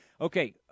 Okay